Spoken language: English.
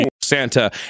Santa